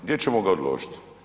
Gdje ćemo ga odložiti?